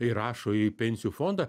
įrašo į pensijų fondą